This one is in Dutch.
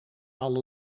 alle